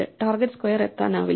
target square എത്താനാവില്ല